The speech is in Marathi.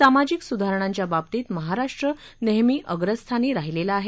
सामाजिक सुधारणांच्या बाबतीत महाराष्ट्र नेहमी अग्रस्थानी राहिलेला आहे